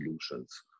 solutions